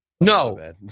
No